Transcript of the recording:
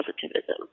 positivism